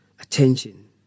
attention